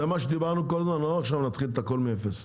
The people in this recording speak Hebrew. זה מה שדיברנו כל הזמן, לא נתחיל את הכל מאפס.